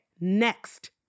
next